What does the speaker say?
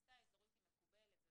התפיסה האזורית היא מקובלת,